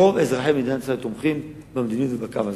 רוב אזרחי מדינת ישראל תומכים במדיניות ובקו הזה.